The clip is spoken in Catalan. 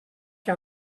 que